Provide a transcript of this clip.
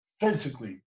physically